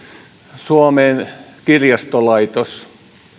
suomen kirjastolaitos